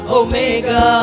omega